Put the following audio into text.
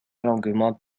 longuement